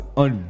on